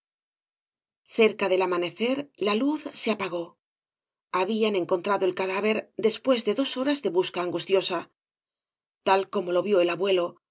cerca del amanecer la luz se apagó habían encontrado el cadáver después de dos horas de busca angustiosa tal como lo vio el abuelo